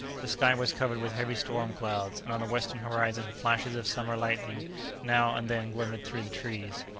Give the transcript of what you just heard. the sky was covered with heavy storm-clouds, and on the western horizon flashes of summer lightning now and then glimmered through the trees.